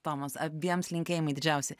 tomas abiems linkėjimai didžiausi